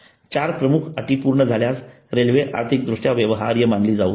चार प्रमुख अटी पूर्ण झाल्यास रेल्वे आर्थिकदृष्ट्या व्यवहार्य मानली जाऊ शकते